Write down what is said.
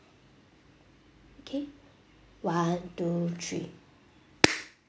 okay one two three